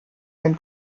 can